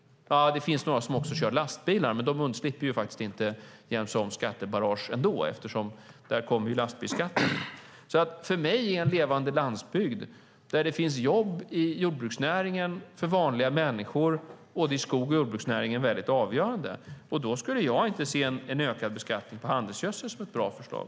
Det finns några som också kör lastbilar. Men de undslipper faktiskt inte en sådan skattebarrage ändå, eftersom lastbilsskatten kommer där. För mig är en levande landsbygd där det finns jobb i både skogs och jordbruksnäringen för vanliga människor väldigt avgörande. Då skulle jag inte se en ökad beskattning på handelsgödsel som ett bra förslag.